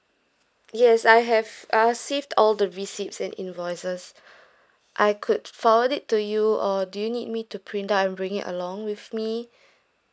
yes I have uh save all the receipts and invoices I could forward it to you or do you need me to print out and bring it along with me